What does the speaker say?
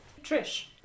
Trish